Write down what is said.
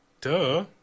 duh